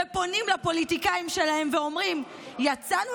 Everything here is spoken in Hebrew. ופונים לפוליטיקאים שלהם ואומרים: יצאנו